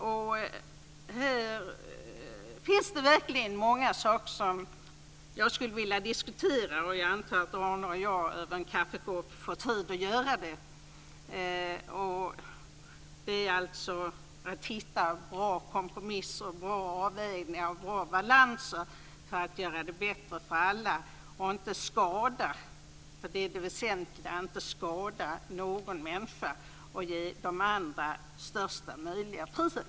Där finns det verkligen många saker som jag skulle vilja diskutera. Jag antar att Arne och jag över en kaffekopp får tid att göra det. Det gäller alltså att hitta bra kompromisser, avvägningar och balanser för att göra det bättre för alla, för att inte skada någon människa, det är det väsentliga, och för att ge alla största möjliga frihet.